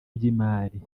by’imari